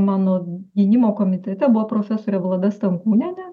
mano gynimo komitete buvo profesorė vlada stankūnienė